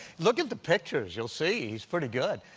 look at the pictures. you'll see. he's pretty good